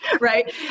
right